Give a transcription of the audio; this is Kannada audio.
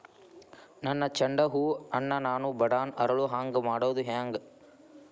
ನನ್ನ ಚಂಡ ಹೂ ಅನ್ನ ನಾನು ಬಡಾನ್ ಅರಳು ಹಾಂಗ ಮಾಡೋದು ಹ್ಯಾಂಗ್?